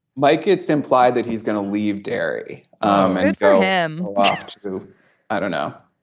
mike it's implied that he's gonna leave derry um and it for him to i don't know.